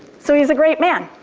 so he was a great man.